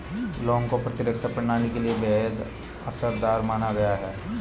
लौंग को प्रतिरक्षा प्रणाली के लिए बेहद असरदार माना गया है